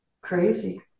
crazy